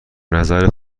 نظر